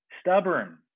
stubborn